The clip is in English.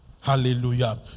Hallelujah